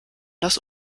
das